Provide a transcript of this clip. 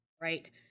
Right